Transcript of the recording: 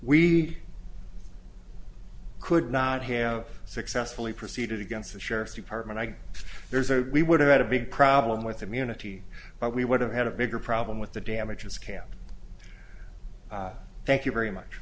we could not have successfully proceeded against the sheriff's department and there's a we would have had a big problem with immunity but we would have had a bigger problem with the damages camp thank you very much